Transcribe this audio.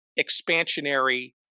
expansionary